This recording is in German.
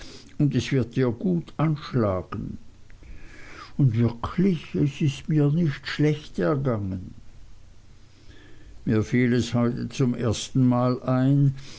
und es wird dir gut anschlagen und wirklich es ist nicht schlecht gegangen mir fiel es heute zum ersten mal ein